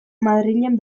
madrilen